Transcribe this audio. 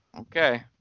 Okay